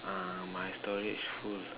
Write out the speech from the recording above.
uh my storage full